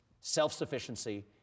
self-sufficiency